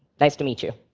nice to meet you.